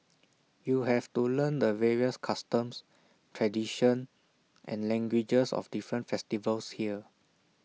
you have to learn the various customs tradition and languages of different festivals here